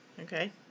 Okay